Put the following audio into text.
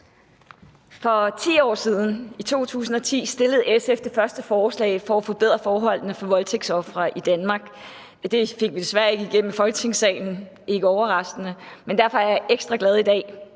For 10 år siden – i 2010 – fremsatte SF det første forslag for at forbedre forholdene for voldtægtsofre i Danmark. Det fik vi desværre ikke igennem i Folketingssalen – ikke overraskende – og derfor er jeg ekstra glad i dag,